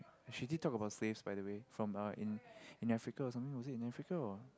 she did talk about slaves by the way from uh in in Africa or something is it in Africa or